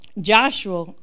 Joshua